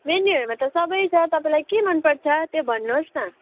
मेन्यूहरूमा त सबै छ तपाईँलाई के मनपर्छ त्यो भन्नुहोस् न